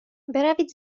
بروید